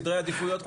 סדרי עדיפויות?